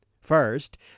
First